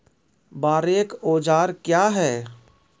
बोरेक औजार क्या हैं?